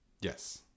Yes